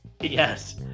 Yes